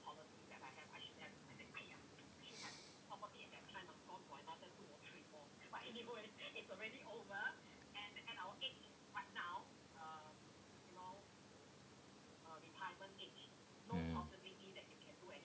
mm